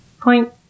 point